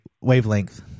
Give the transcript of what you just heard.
wavelength